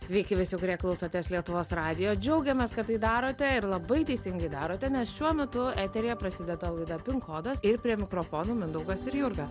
sveiki visi kurie klausotės lietuvos radijo džiaugiamės kad tai darote ir labai teisingai darote nes šiuo metu eteryje prasideda laida pin kodas ir prie mikrofono mindaugas ir jurga